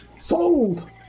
Sold